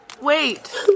Wait